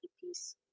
piece